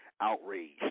outraged